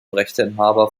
rechteinhaber